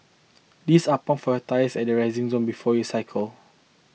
these are pumps for tyres at the resting zone before you cycle